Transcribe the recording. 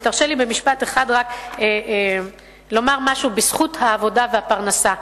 תרשה לי במשפט אחד לומר משהו בזכות העבודה והפרנסה.